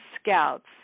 Scouts